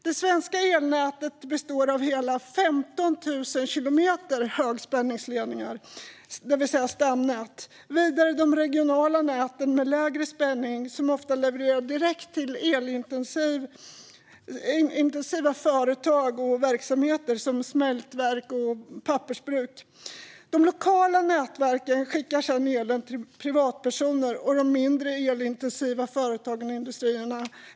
Det svenska elnätet består av hela 15 000 kilometer högspänningsledningar, det vill säga stamnät. Vidare är det de regionala näten med lägre spänning som ofta levererar direkt till elintensiva företag och verksamheter som smältverk och pappersbruk. De lokala nätverken skickar sedan elen till privatpersoner och till de mindre elintensiva företagen och industrierna.